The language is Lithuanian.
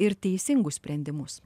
ir teisingus sprendimus